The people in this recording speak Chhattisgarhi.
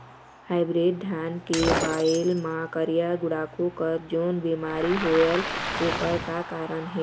हाइब्रिड धान के बायेल मां करिया गुड़ाखू कस जोन बीमारी होएल ओकर का कारण हे?